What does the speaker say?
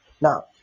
Now